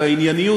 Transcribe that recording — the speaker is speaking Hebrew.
והענייניות,